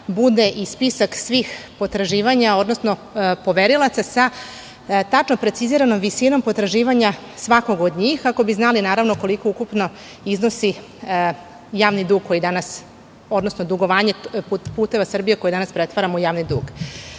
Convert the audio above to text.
bude i spisak svih potraživanja, odnosno poverilaca sa tačno preciziranom visinom potraživanja svakog od njih, a da bi znali koliko ukupno iznosi javni dug, odnosno dugovanje "Puteva Srbije" koje danas pretvaramo u javni dug.